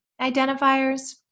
identifiers